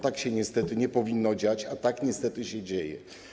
Tak się niestety nie powinno dziać, a tak niestety się dzieje.